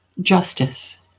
justice